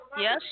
Yes